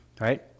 Right